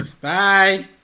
Bye